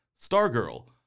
Stargirl